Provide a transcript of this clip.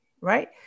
right